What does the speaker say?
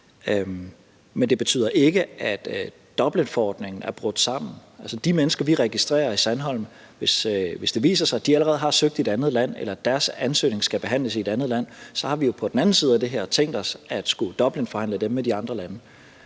men det betyder ikke, at Dublinforordningen er brudt sammen. Altså, hvis det viser sig, at de mennesker, vi registrerer i Center Sandholm, allerede har søgt i et andet land, eller at deres ansøgning skal behandles i et andet land, så har vi jo på den anden side af det her tænkt os at skulle Dublinforhandle dem med de andre lande.